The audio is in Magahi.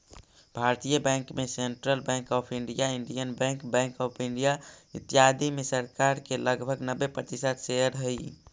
भारतीय बैंक में central bank of India, Indian bank, bank of India, इत्यादि में सरकार के लगभग नब्बे प्रतिशत शेयर हइ